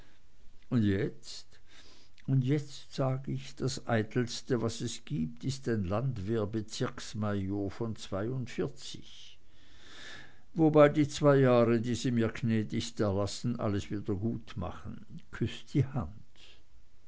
und jetzt und jetzt sag ich das eitelste was es gibt ist ein landwehrbezirksmajor von zweiundvierzig wobei die zwei jahre die sie mir gnädigst erlassen alles wiedergutmachen küss die hand